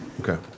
Okay